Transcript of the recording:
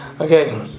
okay